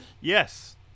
Yes